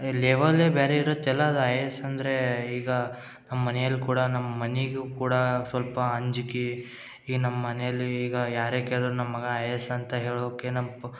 ಲೆವಲೆ ಬ್ಯಾರೆ ಇರುತ್ತಲ್ಲ ಅದು ಐ ಎ ಎಸ್ ಅಂದರೆ ಈಗಾ ನಮ್ಮ ಮನೆಯಲ್ಲಿ ಕೂಡ ನಮ್ಮ ಮನೆಗೂ ಕೂಡ ಸ್ವಲ್ಪ ಅಂಜಿಕೆ ಈ ನಮ್ಮ ಮನೆಯಲ್ಲಿ ಈಗ ಯಾರೇ ಕೇಳಿದರು ನಮ್ಮ ಮಗ ಐ ಎ ಎಸ್ ಅಂತ ಹೇಳೋಕ್ಕೆ ನಮ್ಮ ಪ